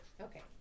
Okay